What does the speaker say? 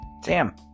Sam